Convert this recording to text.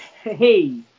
Hey